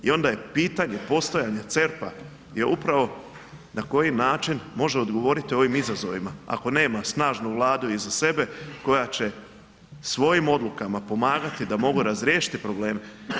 I onda je pitanje postojanja CERP-a je upravo na koji način može odgovoriti ovim izazovima, ako nema snažnu Vladu iza sebe koja će svojim odlukama pomagati da mogu razriješiti probleme.